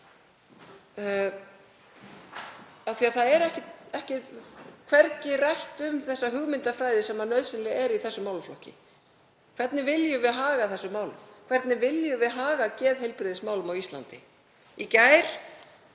því að hvergi er rætt um þá hugmyndafræði sem nauðsynleg er í þessum málaflokki. Hvernig viljum við haga þessum málum? Hvernig viljum við haga geðheilbrigðismálum á Íslandi? Í gær